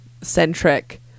centric